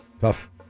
Tough